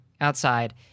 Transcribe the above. outside